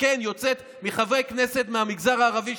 שכן יוצאת מחברי כנסת מהמגזר הערבי,